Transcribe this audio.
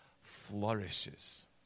flourishes